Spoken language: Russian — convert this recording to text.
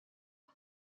кто